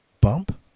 bump